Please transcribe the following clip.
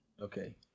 Okay